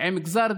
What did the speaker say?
היא הצעה